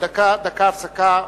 דקה הפסקה.